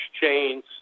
chains